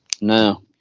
No